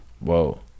Whoa